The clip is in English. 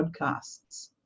podcasts